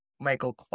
Michael